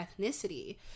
ethnicity